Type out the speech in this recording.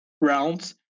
rounds